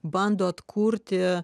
bando atkurti